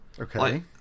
Okay